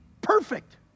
Perfect